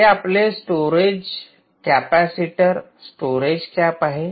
हे आपले storage capacitor storage cap आहे